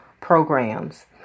Programs